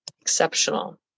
exceptional